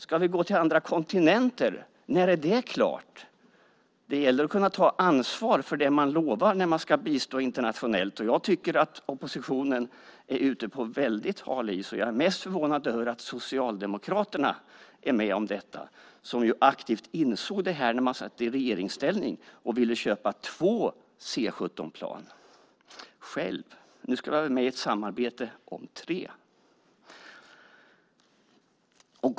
Ska vi gå till andra kontinenter? När är det klart? Det gäller att kunna ta ansvar för det man lovar när man ska bistå internationellt. Jag tycker att oppositionen är ute på väldigt hal is. Jag är mest förvånad över att Socialdemokraterna är med om detta. De insåg det aktivt när de satt i regeringsställning och Sverige självt ville köpa två C 17-plan. Nu ska vi med i ett samarbete om tre.